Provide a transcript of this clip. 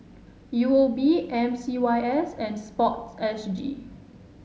U O B M C Y S and sports S G